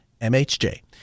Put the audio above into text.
MHJ